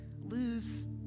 lose